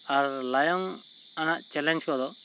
ᱟᱨ ᱞᱟᱭᱚᱝ ᱟᱱᱟᱜ ᱪᱮᱞᱮᱸᱡᱽ ᱠᱚᱫᱚ